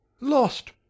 Lost